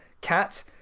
Cat